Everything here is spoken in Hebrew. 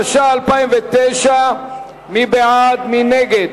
התש"ע 2009. מי בעד ומי נגד?